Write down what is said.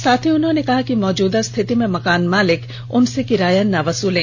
साथ ही उन्होंने यह भी कहा है कि मौजूदा स्थिति में मकान मालिक उनसे किराया न वसूलें